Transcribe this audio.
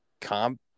comp